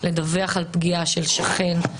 לדווח על פגיעה של שכן,